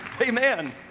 Amen